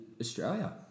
Australia